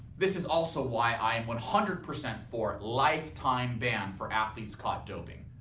this is also why i am one hundred percent for lifetime bans for athletes caught doping.